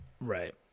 Right